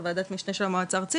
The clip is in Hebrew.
ועדת משנה של המועצה הארצית,